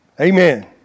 Amen